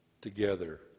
together